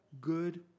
good